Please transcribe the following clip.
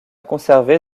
conservé